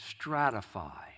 stratify